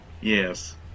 Yes